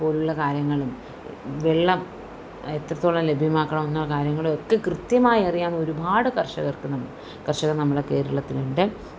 പോലുള്ള കാര്യങ്ങളും വെള്ളം എത്രത്തോളം ലഭ്യമാക്കണം എന്ന കാര്യങ്ങളും ഒക്കെ കൃത്യമായി അറിയാവുന്ന ഒരുപാട് കർഷകർക്ക് ന കർഷകർ നമ്മുടെ കേരളത്തിലുണ്ട്